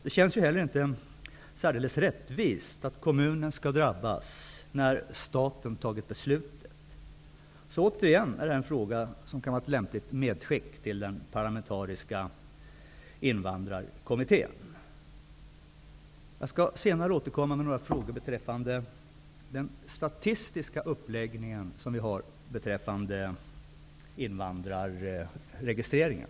Det känns heller inte särdeles rättvist att kommunen skall drabbas när staten tagit beslutet. Återigen är detta en fråga som kan vara ett lämpligt medskick till den parlamentariska invandrarkommittén. Jag skall återkomma med några frågor beträffande den statistiska uppläggningen i fråga om invandrarregistreringen.